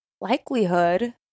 likelihood